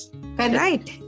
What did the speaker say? right